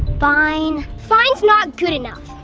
fine! fine's not good enough.